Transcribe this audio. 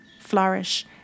flourish